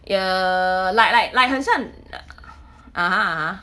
ya like like like 很像 (uh huh) (uh huh)